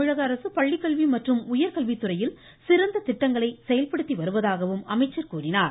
தமிழகஅரசு பள்ளிக்கல்வி மற்றும் உயா்கல்வித்துறையில் சிறந்த திட்டங்களை செயல்படுத்தி வருவதாகவும் கூறினார்